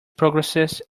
progressist